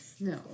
No